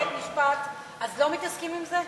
בבית-משפט, אז לא מתעסקים עם זה?